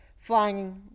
flying